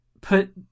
put